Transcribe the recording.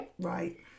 Right